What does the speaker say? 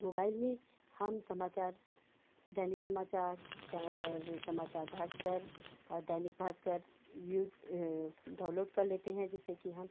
mobile में हम समाचार दैनिक समाचार और समाचार भास्कर और दैनिक भास्कर यूथ डाउनलोड कर लेते हैं जिससे कि हम